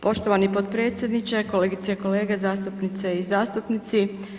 Poštovani potpredsjedniče, kolegice i kolege zastupnice i zastupnici.